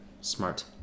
Smart